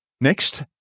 Next